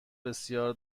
بسیار